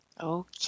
Okay